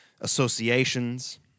associations